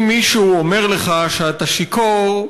אם מישהו אומר לך שאתה שיכור,